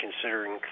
considering